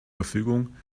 verfügung